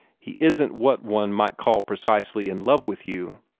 he isn't what one might call precisely in love with you.